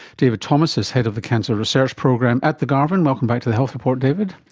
david thomas is head of the cancer research program at the garvan. welcome back to the health report, david.